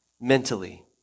mentally